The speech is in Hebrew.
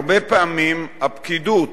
הרבה פעמים הפקידות